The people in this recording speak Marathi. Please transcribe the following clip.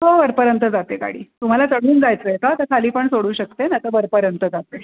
हो वरपर्यंत जाते गाडी तुम्हाला चढून जायचं आहे का तं खाली पण सोडू शकते नाही तर वरपर्यंत जाते